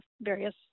various